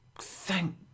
thank